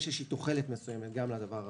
יש תוחלת מסוימת גם לדבר הזה,